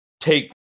take